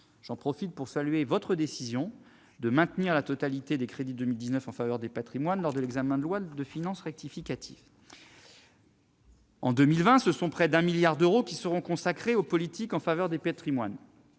occasion pour saluer votre décision de maintenir la totalité des crédits de 2019 en faveur des patrimoines, au titre du projet de loi de finances rectificative. En 2020, près de 1 milliard d'euros seront consacrés aux politiques en faveur des patrimoines.